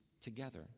together